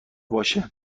باشه